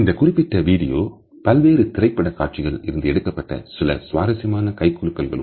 இந்தக் குறிப்பிட்ட வீடியோ பல்வேறு திரைப்பட காட்சிகள் இருந்து எடுக்கப்பட்ட சில சுவாரசியமான கைகுலுக்கும் காட்சிகளாகும்